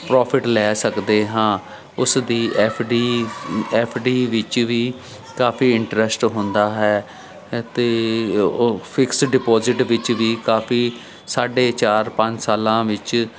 profit ਲੈ ਸਕਦੇ ਹਾਂ ਉਸ ਦੀ ਐਫ ਡੀ ਐਫ ਡੀ ਵਿੱਚ ਵੀ ਕਾਫੀ ਇੰਟਰੈਸਟ ਹੁੰਦਾ ਹੈ ਅਤੇ ਉਹ ਫਿਕਸ ਡਿਪੋਜਿਟ ਵਿੱਚ ਵੀ ਕਾਫੀ ਸਾਢੇ ਚਾਰ ਪੰਜ ਸਾਲਾਂ ਵਿੱਚ